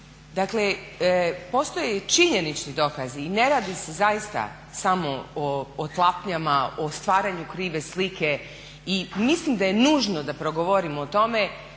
Dakle, postoje i činjenični dokazi i ne radi se zaista samo o tlapnjama, o stvaranju krive slike. Mislim da je nužno da progovorimo o tome